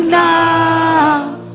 now